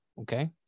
okay